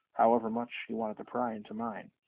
however much he wanted to pry into mine.